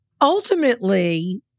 ultimately